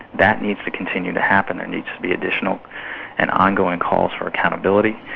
that needs to continue to happen, there needs to be additional and ongoing calls for accountability.